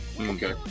Okay